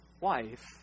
wife